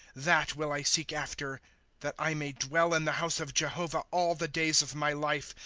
that will i seek after that i may dwell in the house of jehovah all the days of my life,